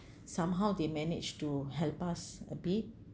somehow they managed to help us a bit